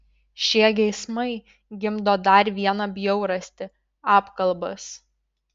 šie geismai gimdo dar vieną bjaurastį apkalbas